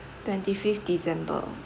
twenty fifth december